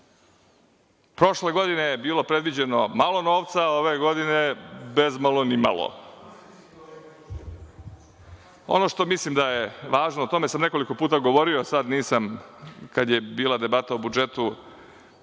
Prošle godine je bilo predviđeno malo novca, ove godine bezmalo nimalo. Ono što mislim da je važno, o tome sam nekoliko puta govorio, sad nisam kad je bila debata o budžetu